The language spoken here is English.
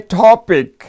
topic